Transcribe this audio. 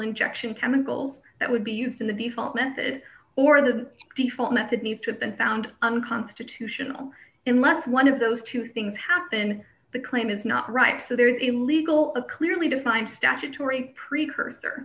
injection chemicals that would be used in a different method or the default method needs to been found unconstitutional in let's one of those two things happen the claim is not right so they're illegal a clearly defined statutory precursor